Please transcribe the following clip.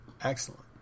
Excellent